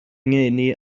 ngeni